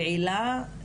פעילה,